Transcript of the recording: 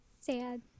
Sad